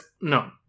No